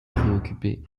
préoccupé